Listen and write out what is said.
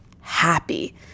happy